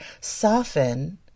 soften